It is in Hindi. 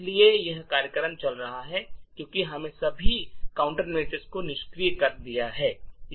इसलिए यह कार्यक्रम चल रहा है क्योंकि हमने सभी काउंटरमेशर्स को निष्क्रिय कर दिया है